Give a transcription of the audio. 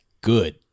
good